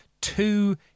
two